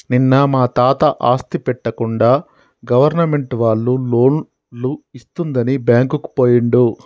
నిన్న మా తాత ఆస్తి పెట్టకుండా గవర్నమెంట్ వాళ్ళు లోన్లు ఇస్తుందని బ్యాంకుకు పోయిండు